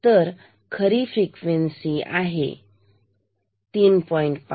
तर खरी फ्रिक्वेन्सी आहे तर खरं तर आपल्याकडे 3